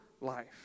life